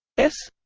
s